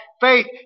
faith